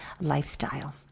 lifestyle